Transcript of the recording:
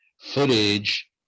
footage